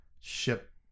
ship